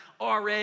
RA